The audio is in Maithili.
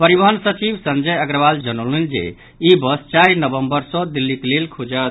परिवहन सचिव संजय अग्रवाल जनौलनि जे ई बस चारि नवम्बर सॅ दिल्लीक लेल खुजत